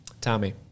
Tommy